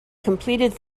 completed